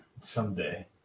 Someday